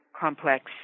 complex